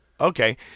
okay